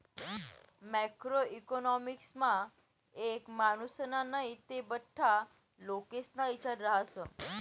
macro इकॉनॉमिक्समा एक मानुसना नै ते बठ्ठा लोकेस्ना इचार रहास